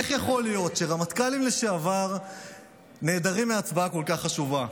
איך יכול להיות שרמטכ"לים לשעבר נעדרים מהצבעה כל כך חשובה?